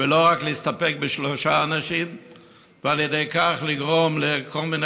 גם עם מריבות